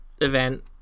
event